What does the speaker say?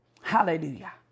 Hallelujah